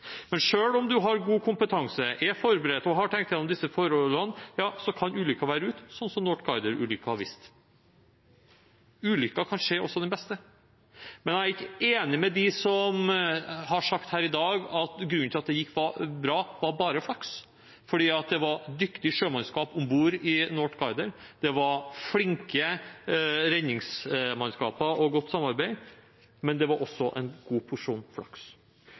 Men selv om en har god kompetanse, er forberedt og har tenkt igjennom disse forholdene, kan ulykken være ute, slik «Northguider»-ulykken har vist. Ulykker kan skje den beste, men jeg er ikke enig med dem som har sagt her i dag at grunnen til at det gikk bra, bare var flaks, for det var dyktig sjømannskap om bord i «Northguider», det var flinke redningsmannskaper og godt samarbeid, men det var også en god porsjon flaks.